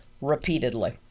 repeatedly